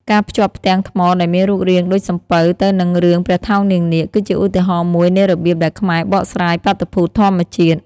ការភ្ជាប់ផ្ទាំងថ្មដែលមានរូបរាងដូចសំពៅទៅនឹងរឿងព្រះថោងនាងនាគ គឺជាឧទាហរណ៍មួយនៃរបៀបដែលខ្មែរបកស្រាយបាតុភូតធម្មជាតិ។